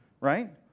right